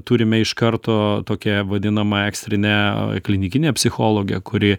turime iš karto tokią vadinamą ekstrinę klinikinę psichologę kuri